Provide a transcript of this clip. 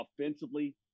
offensively